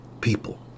people